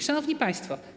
Szanowni Państwo!